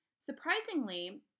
Surprisingly